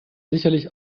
sicherlich